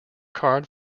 card